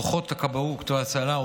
וכוחות כבאות והצלה,